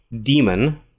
demon